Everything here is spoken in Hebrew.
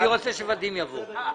אני רוצה ש-ודים יבוא.